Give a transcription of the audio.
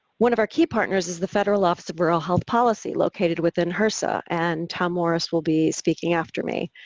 one of our key partners is the federal office of rural health policy, located within hrsa, and tom morris will be speaking after me.